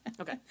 Okay